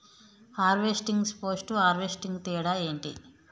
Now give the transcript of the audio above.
Harvesting, post harvesting తేడా ఏంటి?